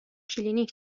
کلینیک